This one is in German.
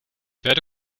werde